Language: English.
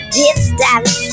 distance